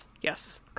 Yes